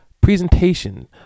Presentation